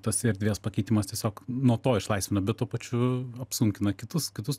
tos erdvės pakeitimas tiesiog nuo to išlaisvina bet tuo pačiu apsunkina kitus kitus